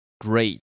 great